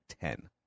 ten